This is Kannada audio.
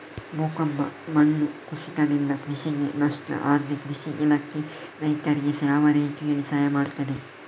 ಭೂಕಂಪ, ಮಣ್ಣು ಕುಸಿತದಿಂದ ಕೃಷಿಗೆ ನಷ್ಟ ಆದ್ರೆ ಕೃಷಿ ಇಲಾಖೆ ರೈತರಿಗೆ ಯಾವ ರೀತಿಯಲ್ಲಿ ಸಹಾಯ ಮಾಡ್ತದೆ?